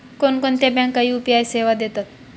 कोणकोणत्या बँका यू.पी.आय सेवा देतात?